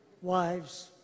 Wives